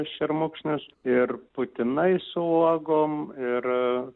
šermukšnius ir putinai su uogom ir